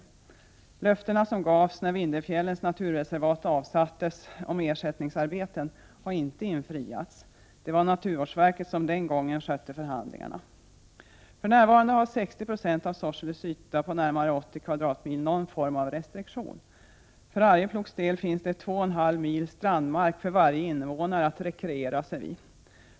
Löftena om ersättningsarbeten som gavs när Vindelfjällens naturreservat avsattes har inte infriats. Det var naturvårdsverket som den gången skötte förhandlingarna. För närvarande har 60 96 av Sorseles yta på närmare 80 kvadratmil någon form av restriktion. För Arjeplogs del finns det två och en halv mil strandmark för varje invånare att rekreera sig vid.